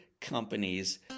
companies